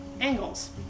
angles